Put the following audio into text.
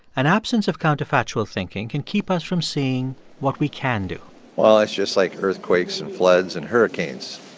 an absence of counterfactual thinking can keep us from seeing what we can do well, it's just like earthquakes and floods and hurricanes.